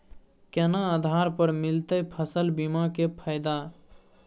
केना आधार पर मिलतै फसल बीमा के फैदा?